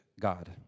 God